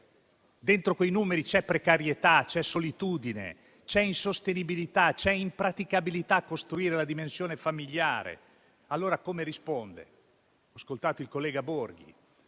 Dentro quei numeri c'è precarietà, c'è solitudine, c'è insostenibilità, c'è impraticabilità a costruire la dimensione familiare. Allora come ci rispondete? Ho ascoltato il collega Borghi: